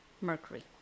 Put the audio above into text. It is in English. Mercury